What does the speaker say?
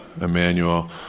Emmanuel